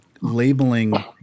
labeling